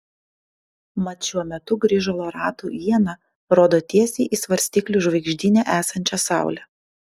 mat šiuo metu grįžulo ratų iena rodo tiesiai į svarstyklių žvaigždyne esančią saulę